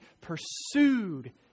pursued